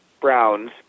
Browns